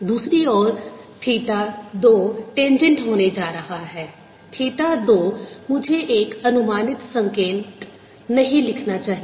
दूसरी ओर theta 2 tangent होने जा रहा है थीटा 2 मुझे एक अनुमानित संकेत नहीं लिखना चाहिए